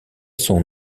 son